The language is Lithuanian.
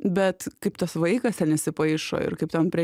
bet kaip tas vaikas ten įsipaišo ir kaip ten prie